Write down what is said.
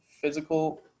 physical